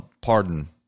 pardon